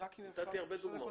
נתתי הרבה דוגמאות.